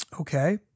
okay